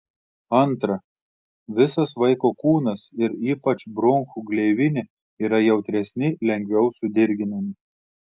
antra visas vaiko kūnas ir ypač bronchų gleivinė yra jautresni lengviau sudirginami